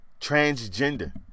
Transgender